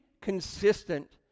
consistent